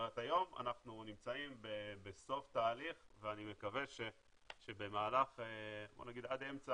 היום אנחנו נמצאים בסוף תהליך ואני מקווה שעד אמצע